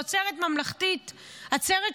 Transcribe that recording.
ולדבר על חטופים רק כשזה משרת מטרה של נתניהו,